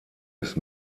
ist